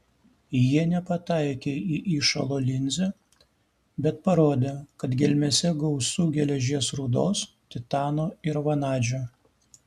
jie nepataikė į įšalo linzę bet parodė kad gelmėse gausu geležies rūdos titano ir vanadžio